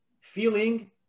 feeling